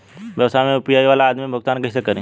व्यवसाय में यू.पी.आई वाला आदमी भुगतान कइसे करीं?